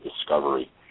discovery